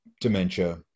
dementia